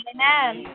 Amen